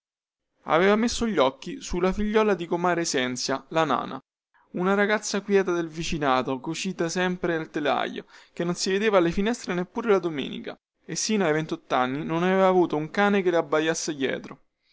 aveva messo gli occhi sulla figliuola di comare sènzia la nana una ragazza quieta del vicinato cucita sempre al telaio che non si vedeva alla finestra neppure la domenica e sino ai ventottanni non aveva avuto un cane che le abbaiasse dietro